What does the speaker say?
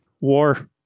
War